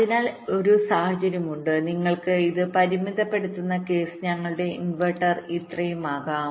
അതിനാൽ സാഹചര്യങ്ങളുണ്ട് നിങ്ങൾക്ക് ഇത് പരിമിതപ്പെടുത്തുന്ന കേസ് ഞങ്ങളുടെ ഇൻവെർട്ടർ ഇത്രയും വൈകും